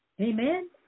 Amen